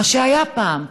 מה שהיה פעם.